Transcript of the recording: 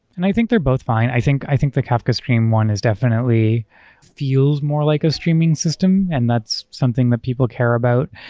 and i think they're both fine. i think i think the kafka stream one is definitely feels more like a streaming system, and that's something that people care about.